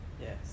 Yes